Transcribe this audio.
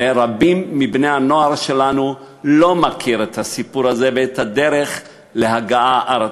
ורבים מבני-הנוער שלנו לא מכירים את הסיפור הזה ואת הדרך ארצה.